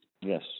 Yes